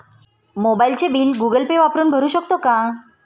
मोबाइलचे bill Google Pay वापरून भरू शकतो का?